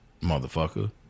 Motherfucker